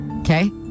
Okay